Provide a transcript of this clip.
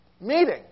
meeting